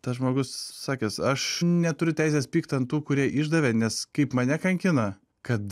tas žmogus sakęs aš neturiu teisės pykt ant tų kurie išdavė nes kaip mane kankina kad